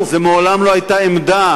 ומעולם לא היתה זו עמדה